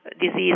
disease